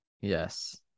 Yes